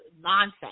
nonsense